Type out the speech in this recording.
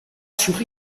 شوخی